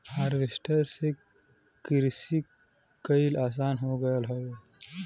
harvester से किरसी कईल आसान हो गयल हौवे